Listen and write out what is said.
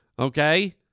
Okay